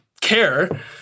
care